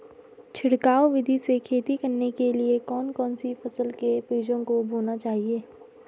छिड़काव विधि से खेती करने के लिए कौन कौन सी फसलों के बीजों को बोना चाहिए?